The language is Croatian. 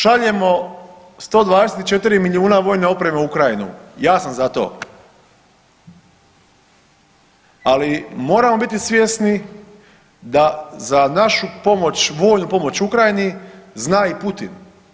Šaljemo 124 milijuna vojne opreme u Ukrajinu, ja sam za to, ali moramo biti svjesni da za našu pomoć, vojnu pomoć Ukrajini zna i Putin.